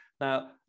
now